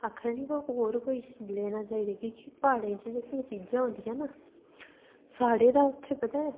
आक्खा नी ते ऐं पर होर कोई लैना चाहिदे प्हाड़ें च जेह्कियां चीज़ां होंदियां ना साढ़े तां उत्थै पता ऐ